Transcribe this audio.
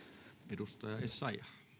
arvoisa